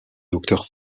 docteur